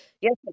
yes